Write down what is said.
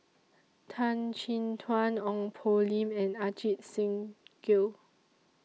Tan Chin Tuan Ong Poh Lim and Ajit Singh Gill